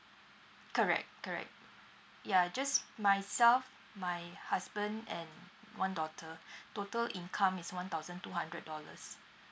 correct correct ya just myself my husband and one daughter total income is one thousand two hundred dollars